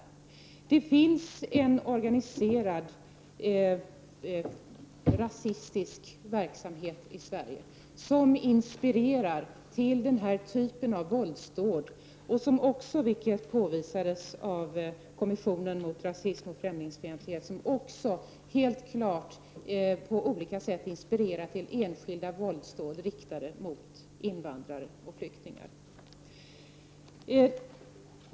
Det finns en organiserad rasistisk verksamhet i Sverige, som inspirerar till den här typen av våldsdåd och som också, vilket påvisades av kommissionen mot rasism och främlingsfientlighet, helt klart på olika sätt inspirerar till våldsdåd riktade mot invandrare och flyktingar.